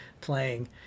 playing